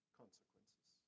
consequences